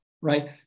right